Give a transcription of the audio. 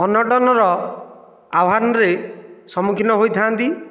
ଅନସନର ଆହ୍ୱାନର ସମ୍ମୁଖୀନ ହୋଇଥାନ୍ତି